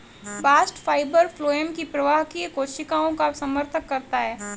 bast fibre phloem की प्रवाहकीय कोशिकाओं का समर्थन करता है